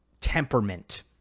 temperament